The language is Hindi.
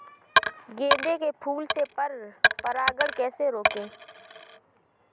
गेंदे के फूल से पर परागण कैसे रोकें?